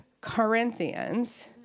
Corinthians